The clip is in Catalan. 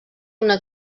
una